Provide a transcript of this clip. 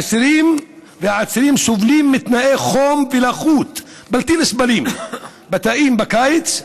האסירים והעצירים סובלים מתנאי חום ולחות בלתי נסבלים בתאים בקיץ,